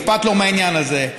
אכפת לו מהעניין הזה.